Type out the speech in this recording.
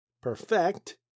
perfect